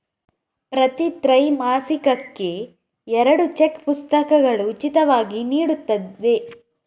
ಪ್ರತಿ ತ್ರೈಮಾಸಿಕಕ್ಕೆ ಎರಡು ಚೆಕ್ ಪುಸ್ತಕಗಳು ಉಚಿತವಾಗಿ ನೀಡುತ್ತವೆ